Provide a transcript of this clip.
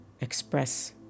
express